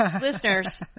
listeners